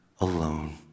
alone